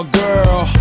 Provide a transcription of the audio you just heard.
girl